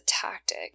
tactic